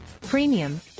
premium